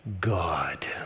God